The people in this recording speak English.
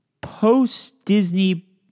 post-Disney